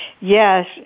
yes